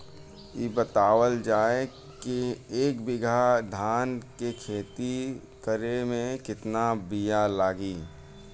इ बतावल जाए के एक बिघा धान के खेती करेमे कितना बिया लागि?